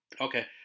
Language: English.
okay